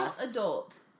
adult